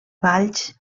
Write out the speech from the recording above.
valls